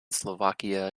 slovakia